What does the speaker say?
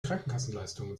krankenkassenleistungen